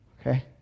okay